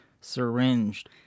syringed